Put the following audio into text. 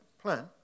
plan